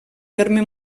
terme